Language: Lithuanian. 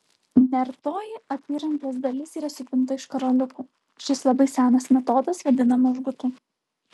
nertoji apyrankės dalis yra supinta iš karoliukų šis labai senas metodas vadinamas žgutu